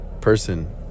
person